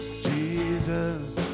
Jesus